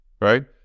right